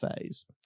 phase